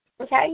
Okay